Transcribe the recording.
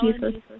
Jesus